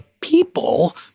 people